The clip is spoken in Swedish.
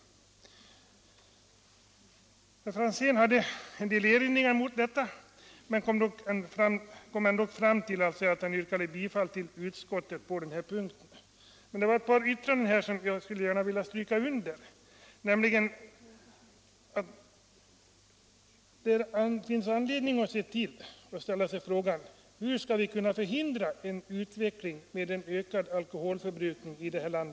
Herr Franzén hade en del erinringar mot detta, men han kom ändå fram till att yrka bifall till utskottets hemställan på denna punkt. - Det var emellertid ett par yttranden som jag gärna skulle vilja stryka under. Det finns anledning att ställa frågan: Hur skall vi kunna förhindra en utveckling mot ökad förbrukning av alkohol i vårt land?